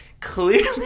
clearly